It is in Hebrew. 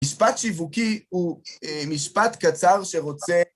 משפט שיווקי הוא משפט קצר שרוצה...